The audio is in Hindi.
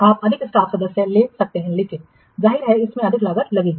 आप अधिक स्टाफ सदस्य ले सकते हैं लेकिन जाहिर है इसमें अधिक लागत लगेगी